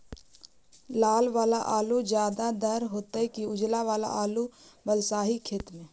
लाल वाला आलू ज्यादा दर होतै कि उजला वाला आलू बालुसाही खेत में?